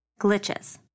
glitches